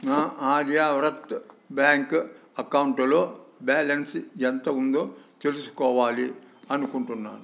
నా ఆర్యవ్రత్ బ్యాంక్ అకౌంటులో బ్యాలన్స్ ఎంత ఉందో తెలుసుకోవాలి అనుకుంటున్నాను